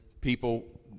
people